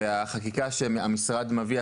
והחקיקה שהמשרד מביא,